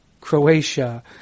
Croatia